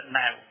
now